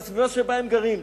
לסביבה שבה הם גרים.